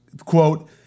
quote